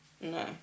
no